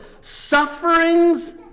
sufferings